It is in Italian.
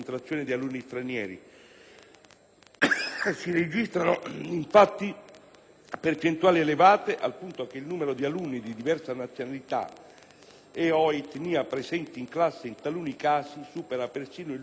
si registrano, infatti, percentuali elevate al punto che il numero di alunni di diversa nazionalità e/o etnia presenti in classe in taluni casi supera persino il numero di alunni italiani,